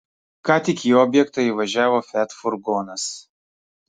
ką tik į objektą įvažiavo fiat furgonas